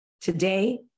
Today